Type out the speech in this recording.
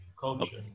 culture